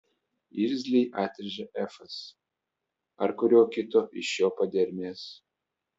irzliai atrėžė efas ar kurio kito iš jo padermės